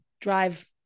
drive